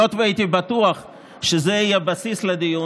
היות שהייתי בטוח שזה יהיה בסיס לדיון,